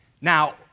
Now